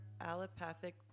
allopathic